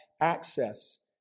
access